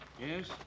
yes